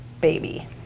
baby